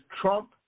Trump